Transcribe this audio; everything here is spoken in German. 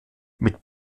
mit